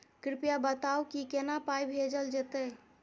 कृपया बताऊ की केना पाई भेजल जेतै?